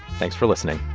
thanks for listening